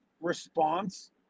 response